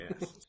Yes